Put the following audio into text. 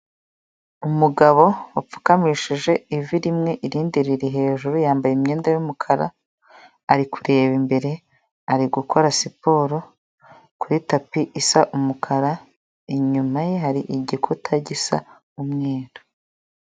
Umugabo wapfukamishije ivi rimwe irindi riri hejuru, yambaye imyenda y'umukara, ari kureba imbere, ari gukora siporo kuri tapi isa umukara; inyuma ye hari igikuta gisa umweru.